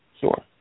Sure